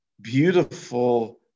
beautiful